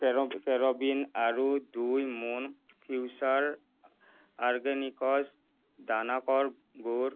ক্ৰেৰ cranberry আৰু দুই মোনা ফিউচাৰ অৰ্গেনিক্ছ দানাকাৰ গুড়